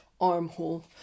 armhole